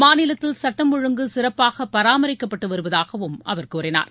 மாநிலத்தில் சட்டம் ஒழுங்கு சிறப்பாக பராமரிக்கப்பட்டு வருவதாகவும் அவர் தெரிவித்தார்